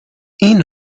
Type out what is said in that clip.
این